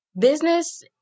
Business